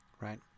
right